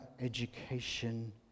education